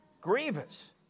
Grievous